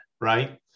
right